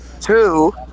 two